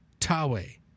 Tawe